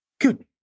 good